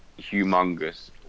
humongous